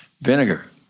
vinegar